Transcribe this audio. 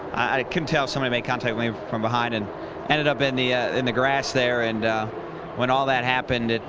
i couldn't tell if someone made contact with me from behind. and headed up in the ah in the grass there. and when all that happened,